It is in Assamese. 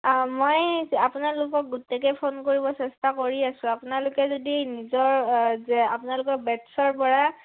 মই আপোনালোকক গোতেইকে ফোন কৰিব চেষ্টা কৰি আছোঁ আপোনালোকে যদি নিজৰ যে আপোনালোকৰ বেটছৰ পৰা